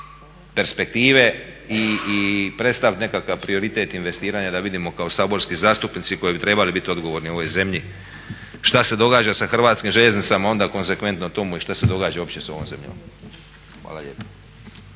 perspektive i predstaviti nekakav prioritet investiranja da vidimo kao saborski zastupnici koji bi trebali biti odgovorni u ovoj zemlji šta se događa za HŽ-om, a onda konsekvenco tomu i što se događa uopće sa ovom zemljom. Hvala lijepo.